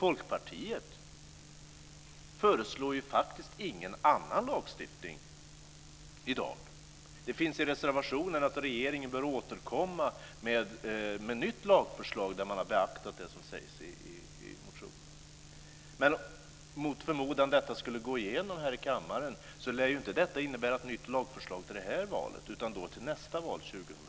Folkpartiet föreslår ju faktiskt ingen annan lagstiftning i dag. Det står i reservationen att regeringen bör återkomma med ett nytt lagförslag där man har beaktat det som sägs i motionen. Men om detta mot förmodan skulle gå igenom här i kammaren lär det ju inte innebära ett nytt lagförslag inför det här valet utan till nästa val, 2006.